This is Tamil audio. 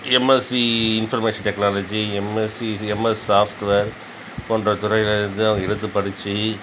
MSc information technology MSc MS software போன்ற துறைகளில் இருந்து அவங்க எடுத்து படித்து